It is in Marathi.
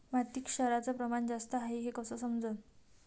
मातीत क्षाराचं प्रमान जास्त हाये हे कस समजन?